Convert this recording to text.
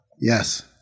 Yes